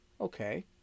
Okay